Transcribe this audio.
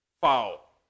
Foul